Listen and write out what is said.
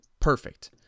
perfect